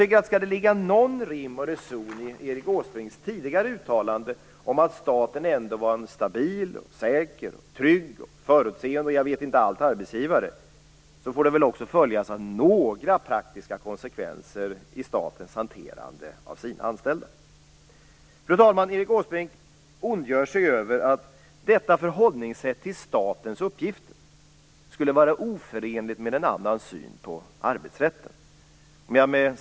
Om det skall ligga någon rim och reson i Erik Åsbrinks tidigare uttalande om att staten ända är en stabil, säker, trygg och förutseende arbetsgivare, måste det väl, tycker jag, ändå följas av några praktiska konsekvenser i statens hantering av sina anställda. Fru talman! Erik Åsbrink ondgör sig över att detta förhållningssätt till statens uppgifter skulle vara oförenligt med en annan syn på arbetsrätten.